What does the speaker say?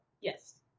Yes